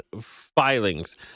filings